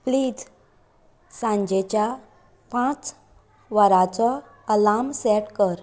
please सांजेच्या पांच वराचो अलार्म सॅट कर